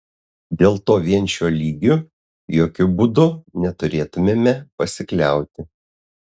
dėl to vien šiuo lygiu jokiu būdu neturėtumėme pasikliauti